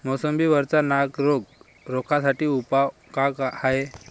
मोसंबी वरचा नाग रोग रोखा साठी उपाव का हाये?